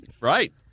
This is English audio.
Right